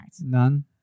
None